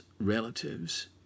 relatives